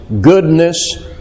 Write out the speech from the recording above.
goodness